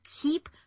keep